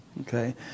Okay